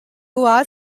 are